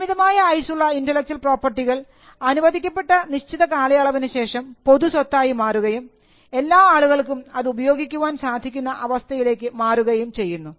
പരിമിതമായ ആയുസ്സുള്ള ഇന്റെലക്ച്വൽ പ്രോപ്പർട്ടികൾ അനുവദിക്കപ്പെട്ട നിശ്ചിത കാലയളവിനുശേഷം പൊതു സ്വത്തായി മാറുകയും എല്ലാ ആളുകൾക്കും അത് ഉപയോഗിക്കാൻ സാധിക്കുന്ന അവസ്ഥയിലേക്ക് മാറുകയും ചെയ്യുന്നു